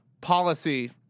policy